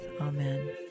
Amen